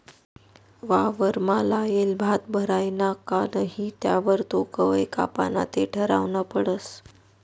वावरमा लायेल भात भरायना का नही त्यावर तो कवय कापाना ते ठरावनं पडस